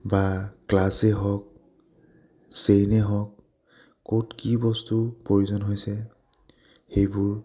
বা ক্লাছেই হওক চেইনেই হওক ক'ত কি বস্তু প্ৰয়োজন হৈছে সেইবোৰ